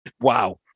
Wow